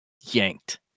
yanked